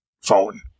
phone